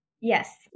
Yes